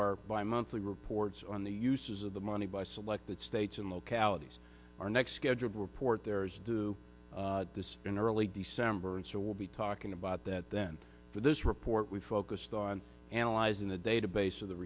our bi monthly reports on the uses of the money by selected states and localities our next scheduled report there is due this in early december and so we'll be talking about that then but this report we focused on analyzing the database of the